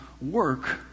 work